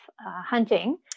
hunting